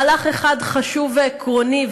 מהלך אחד חשוב ועקרוני,